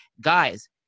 guys